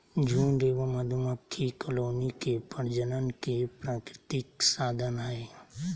झुंड एगो मधुमक्खी कॉलोनी के प्रजनन के प्राकृतिक साधन हइ